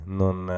non